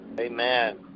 amen